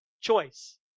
choice